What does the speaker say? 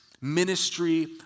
ministry